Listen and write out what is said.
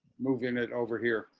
moving it over here.